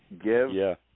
Give